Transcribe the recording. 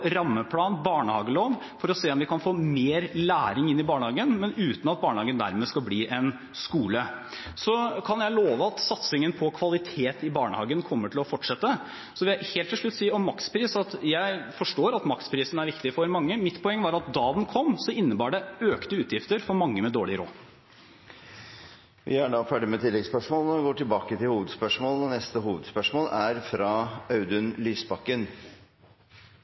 rammeplan og barnehagelov for å se om vi kan få mer læring inn i barnehagen, men uten at barnehagen dermed skal bli en skole. Så kan jeg love at satsingen på kvalitet i barnehagen kommer til å fortsette. Så vil jeg til helt slutt si dette om makspris: Jeg forstår at maksprisen er viktig for mange. Mitt poeng var at da den kom, innebar det økte utgifter for mange med dårlig råd. Vi går til neste hovedspørsmål. Mitt spørsmål går til utenriksministeren: «Det er viktig å stå opp for verdiene vi tror på. Menneskerettigheter er